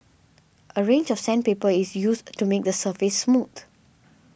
a range of sandpaper is used to make the surface smooth